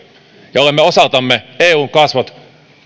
ja olemme osaltamme eun kasvot